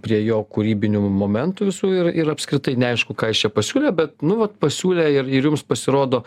prie jo kūrybinių momentų visų ir ir apskritai neaišku ką jis čia pasiūlė bet nu vat pasiūlė ir ir jums pasirodo